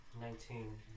Nineteen